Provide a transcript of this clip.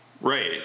Right